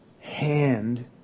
hand